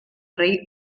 rei